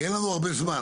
כי אין לנו הרבה זמן.